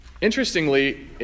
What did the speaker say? interestingly